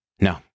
No